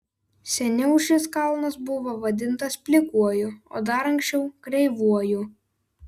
seniau šis kalnas buvo vadinamas plikuoju o dar anksčiau kreivuoju